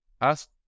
ask